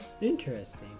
Interesting